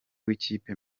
w’ikipe